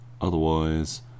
otherwise